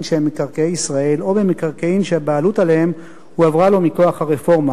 שהם מקרקעי ישראל או במקרקעין שהבעלות עליהם הועברה לו מכוח הרפורמה,